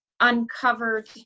Uncovered